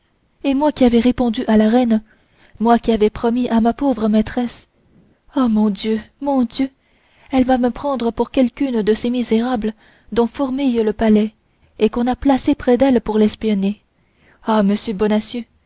et moi qui avais répondu à la reine moi qui avais promis à ma pauvre maîtresse ah mon dieu mon dieu elle va me prendre pour quelqu'une de ces misérables dont fourmille le palais et qu'on a placées près d'elle pour l'espionner ah monsieur bonacieux